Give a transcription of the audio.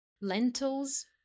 lentils